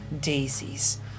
daisies